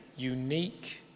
unique